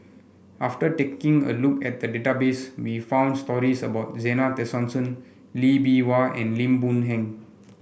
after taking a look at the database we found stories about Zena Tessensohn Lee Bee Wah and Lim Boon Heng